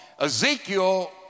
Ezekiel